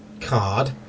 card